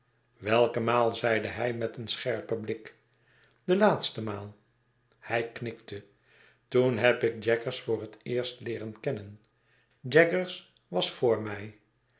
welke maal zeide hij met een scherpen blik de laatste maal hij knikte toen heb ik jaggers voor het eerst leeren kennen jaggers was vr mij